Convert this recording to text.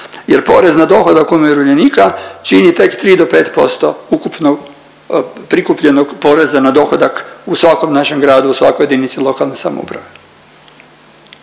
jer porez na dohodak umirovljenika čini tek 3-5% ukupno prikupljenog poreza na dohodak u svakom našem gradu u svakoj jedinici lokalne samouprave.